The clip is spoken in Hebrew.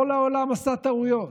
כל העולם עשה טעויות,